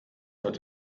hat